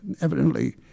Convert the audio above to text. Evidently